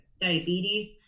diabetes